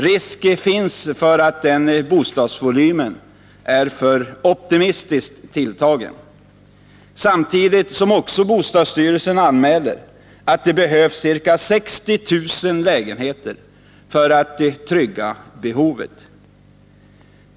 Risk finns för att den siffran är för optimistiskt tilltagen. Samtidigt anmäler bostadsstyrelsen att det behövs ca 60 000 lägenheter för att trygga behovet.